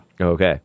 Okay